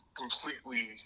completely